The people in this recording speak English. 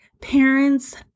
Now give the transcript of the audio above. parents